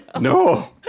No